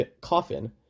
coffin